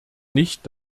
nicht